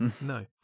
No